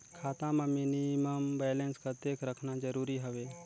खाता मां minimum balance कतेक रखना जरूरी हवय?